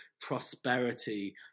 prosperity